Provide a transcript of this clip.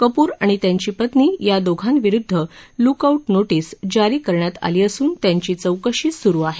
कपूर आणि त्यांची पत्नी या दोंघा विरुद्ध लूक आउट नोटीस जारी करण्यात आली असून चौकशी सुरु आहे